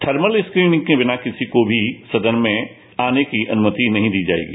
thermal screening के बिना किसी को भी सदन में अनुयति नहीं दी जाएगी